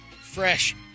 fresh